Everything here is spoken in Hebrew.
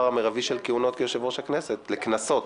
המירבי של כהונות כיושב-ראש הכנסת לכנסות,